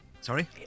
Sorry